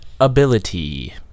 Ability